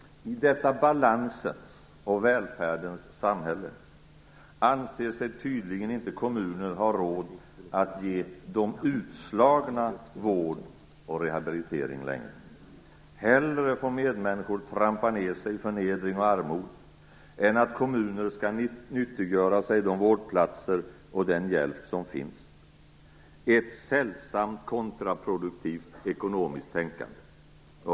I detta balansens och välfärdens samhälle anser sig tydligen inte kommuner att ha råd att ge de utslagna vård och rehabilitering längre. Hellre får medmänniskor trampa ned sig i förnedring och armod än att kommuner skall nyttiggöra sig de vårdplatser och den hjälp som finns - ett sällsamt kontraproduktivt ekonomiskt tänkande.